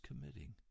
committing